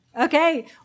Okay